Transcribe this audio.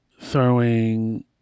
throwing